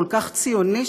הכל-כך ציוני,